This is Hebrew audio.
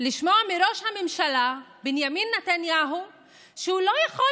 לשמוע מראש הממשלה בנימין נתניהו שהוא אינו יכול